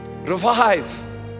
Revive